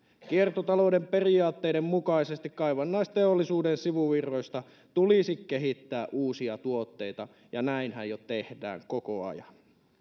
kiertotalouden periaatteiden mukaisesti kaivannaisteollisuuden sivuvirroista tulisi kehittää uusia tuotteita ja näinhän jo tehdään koko ajan